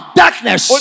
darkness